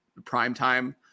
primetime